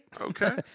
Okay